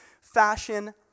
fashion